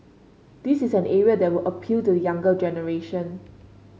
this is an area that would appeal to the younger generation